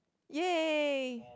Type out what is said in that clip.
yay